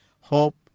hope